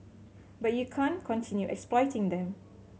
but you can't continue exploiting them